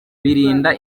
birinda